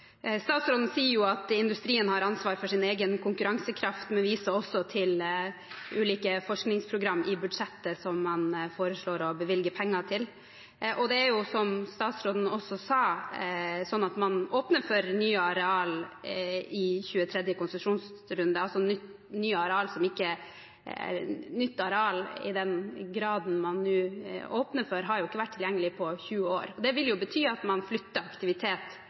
Statsråden sier at industrien har ansvaret for sin egen konkurransekraft, men viser også til ulike forskningsprogram i budsjettet som han foreslår å bevilge penger til. Det er, som statsråden også sa, sånn at man åpner for nye areal i 23. konsesjonsrunde. Nytt areal, i den grad man nå åpner for det, har ikke vært tilgjengelig på 20 år. Det vil jo bety at man flytter aktivitet